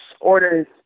orders